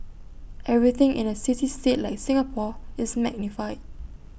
everything in A city state like Singapore is magnified